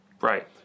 Right